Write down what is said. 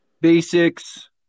basics